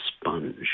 sponge